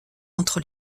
entre